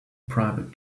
private